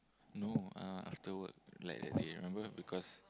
no uh after work like that day remember because